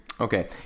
Okay